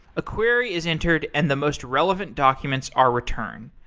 a query is entered and the most relevant documents are returned.